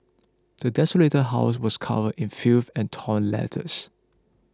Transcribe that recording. the desolated house was covered in filth and torn letters